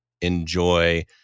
enjoy